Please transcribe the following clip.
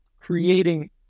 creating